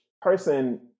person